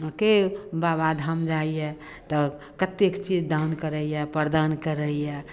केओ बाबाधाम जाइए तऽ कतेक चीज दान करैए प्रदान करैए